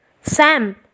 Sam